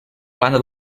plana